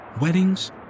Weddings